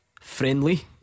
friendly